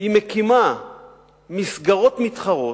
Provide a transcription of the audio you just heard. היא מקימה מסגרות מתחרות,